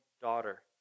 daughter